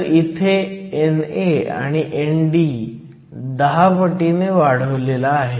तर इथे NA आणि ND 10 पटीने वाढवला आहे